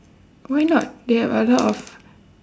why not they have a lot of